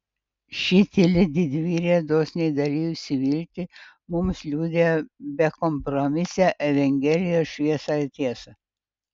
ši tyli didvyrė dosniai dalijusi viltį mums liudija bekompromisę evangelijos šviesą ir tiesą